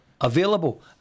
available